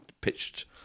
pitched